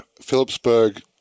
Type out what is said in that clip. Phillipsburg